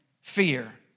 fear